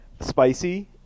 Spicy